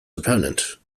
opponent